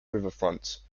riverfront